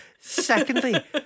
Secondly